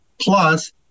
plus